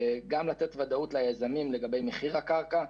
תוך מתן ודאות ליזמים לגבי מחיר הקרקע,